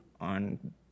on